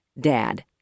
Dad